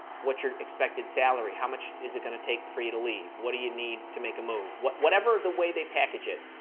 what's your expected salary? how much is it going to take for you to leave? what do you need to make a move? whatever the way they package it,